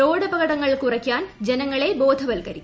റോഡപകടങ്ങൾ കുറയ്ക്കാൻ ജനങ്ങളെ ബോധവൽക്കരിക്കും